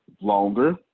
Longer